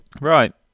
Right